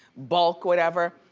bulk, whatever?